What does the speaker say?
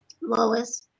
Lois